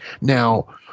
Now